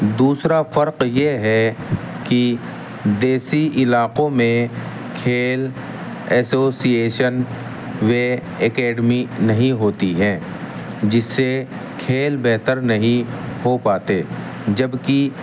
دوسرا فرق یہ ہے کہ دیسی علاقوں میں کھیل ایسوسیشن وے اکیڈمی نہیں ہوتی ہیں جس سے کھیل بہتر نہیں ہو پاتے جبکہ